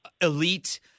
elite